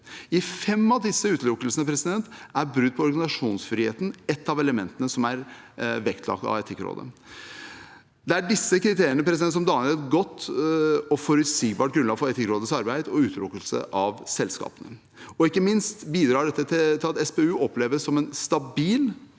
I fem av disse utelukkelsene er brudd på organisasjonsfriheten ett av elementene som er vektlagt av Etikkrådet. Det er disse kriteriene som danner et godt og forutsigbart grunnlag for Etikkrådets arbeid med utelukkelser av selskaper. Ikke minst bidrar det til at SPU oppleves som en stabil,